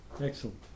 Excellent